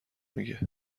میگه